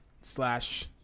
slash